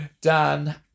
Dan